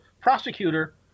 prosecutor